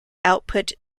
output